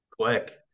click